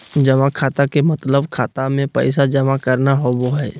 जमा खाता के मतलब खाता मे पैसा जमा करना होवो हय